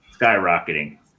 skyrocketing